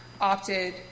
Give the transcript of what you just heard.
opted